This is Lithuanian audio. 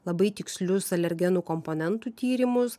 labai tikslius alergenų komponentų tyrimus